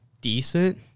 decent